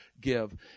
give